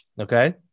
Okay